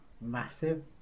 massive